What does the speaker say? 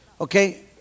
okay